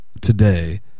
today